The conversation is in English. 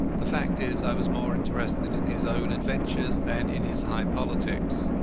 the fact is, i was more interested in his own adventures than in his high politics.